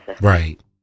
Right